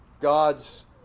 God's